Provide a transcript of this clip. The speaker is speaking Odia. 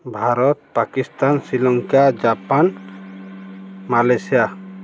Bharat Pakistan Sri Lanka Japan Malaysia